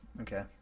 Okay